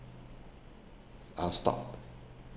I'll stop